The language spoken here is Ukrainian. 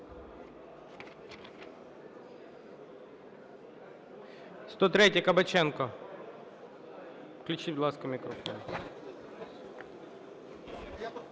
103-я, Кабаченко. Включіть, будь ласка, мікрофон.